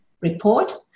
report